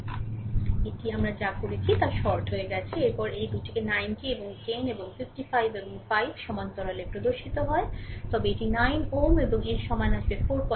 সুতরাং আমরা এটি যা করেছি তা শর্ট হয়ে গেছে এর পরে এই দুটিকে 90 এবং 10 এবং 55 এবং 5 টি সমান্তরালে প্রদর্শিত হয় তবে এটি 9 Ω এবং এর সমান এটি আসবে 458